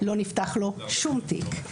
לא נפתח לו שום תיק,